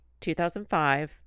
2005